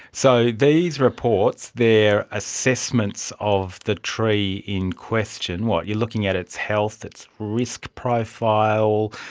so these reports, they are assessments of the tree in question, what, you're looking at its health, its risk profile,